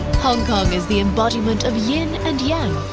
hong kong is the embodiment of yin and yang,